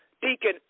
Deacon